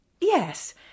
Yes